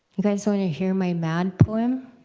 guys want to hear my mad poem?